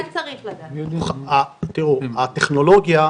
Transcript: קודם כל,